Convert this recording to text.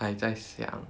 还在想